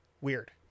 weird